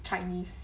chinese